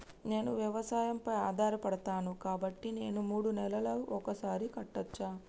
నేను వ్యవసాయం పై ఆధారపడతాను కాబట్టి నేను మూడు నెలలకు ఒక్కసారి కట్టచ్చా?